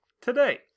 today